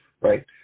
right